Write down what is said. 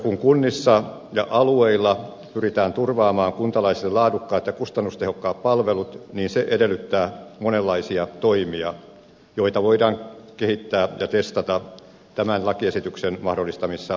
kun kunnissa ja alueilla pyritään turvaamaan kuntalaisille laadukkaat ja kustannustehokkaat palvelut niin se edellyttää monenlaisia toimia joita voidaan kehittää ja testata tämän lakiesityksen mahdollistamissa kokeiluissa